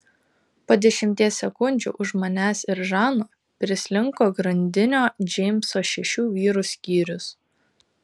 po dešimties sekundžių už manęs ir žano prislinko grandinio džeimso šešių vyrų skyrius